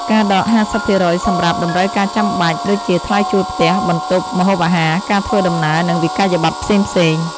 ការដក 50% សម្រាប់តម្រូវការចាំបាច់ ដូចជាថ្លៃជួលផ្ទះ/បន្ទប់ ម្ហូបអាហារ ការធ្វើដំណើរ និងវិក្កយបត្រផ្សេងៗ។